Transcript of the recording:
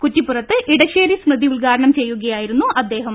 കുറ്റിപ്പുറത്ത് ഇടശ്ശേരി സ്മൃതി ഉദ് ഘാടനം ചെയ്യുകയായിരുന്നു അദ്ദേഹം